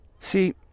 See